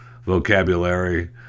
vocabulary